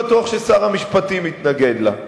ששר המשפטים יתנגד לה.